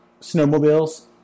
snowmobiles